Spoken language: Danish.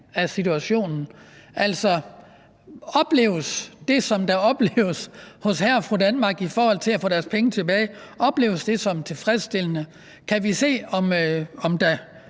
af situationen. Altså, om det, som hr. og fru Danmark oplever i forhold til at få deres penge tilbage, opleves som tilfredsstillende. Kan vi se, om der